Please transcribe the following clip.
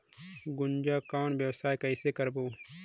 गुनजा कौन व्यवसाय कइसे करबो?